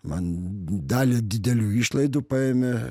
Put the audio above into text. man dalį didelių išlaidų paėmė